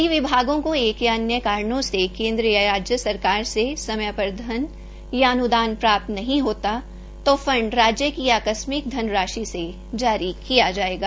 दिया विभागों को एक या अन्य कारणों से केन्द्र या राज्य सरकार से समय पर धन या अन्दान प्राप्त् नहीं होता तो फंड राज्य की आकस्मिक ध्नराशि जारी किया जायेगा